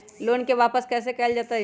Loan के वापस कैसे कैल जतय?